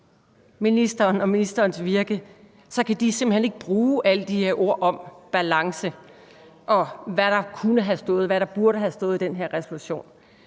og ministerens virke kan de simpelt hen ikke bruge alle de her ord om balance og om, hvad der kunne have stået, og hvad der burde have stået i den her resolution,